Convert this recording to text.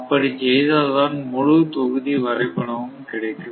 அப்படி செய்தால்தான் முழு தொகுதி வரைபடமும் கிடைக்கும்